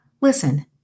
listen